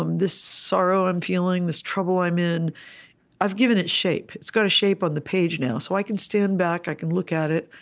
um this sorrow i'm feeling, this trouble i'm in i've given it shape. it's got a shape on the page now. so i can stand back. i can look at it.